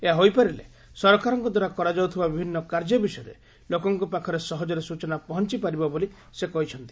ଏହା ହୋଇପାରିଲେ ସରକାରଙ୍କଦ୍ୱାରା କରାଯାଉଥିବା ବିଭିନ୍ନ କାର୍ଯ୍ୟ ବିଷୟରେ ଲୋକଙ୍କ ପାଖରେ ସହଜରେ ସୂଚନା ପହଞ୍ଚପାରିବ ବୋଲି ସେ କହିଛନ୍ତି